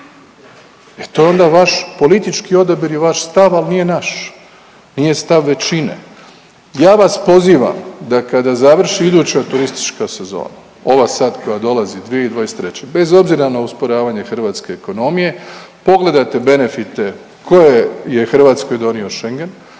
e to je onda vaš politički odabir i vaš stav, al nije naš, nije stav većine. Ja vas pozivam da kada završi iduća turistička sezona, ova sad koja dolazi 2023. bez obzira na usporavanje hrvatske ekonomije pogledajte benefite koje je Hrvatskoj donio Schengen